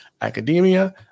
academia